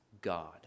God